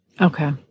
Okay